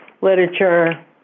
literature